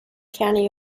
county